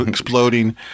exploding